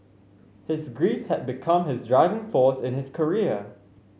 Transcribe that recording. his grief had become his driving force in his career